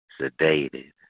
Sedated